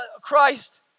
Christ